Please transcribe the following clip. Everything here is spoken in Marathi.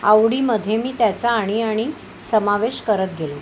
आवडीमध्ये मी त्याचा आणि आणि समावेश करत गेले